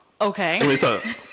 Okay